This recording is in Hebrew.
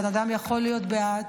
בן אדם יכול להיות בעד,